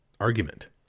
argument